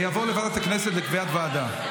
זה יעבור לוועדת הכנסת לקביעת ועדה.